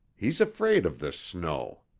he's afraid of this snow.